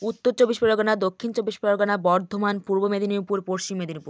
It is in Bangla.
উত্তর চব্বিশ পরগনা দক্ষিণ চব্বিশ পরগনা বর্ধমান পূর্ব মেদিনীপুর পশ্চিম মেদিনীপুর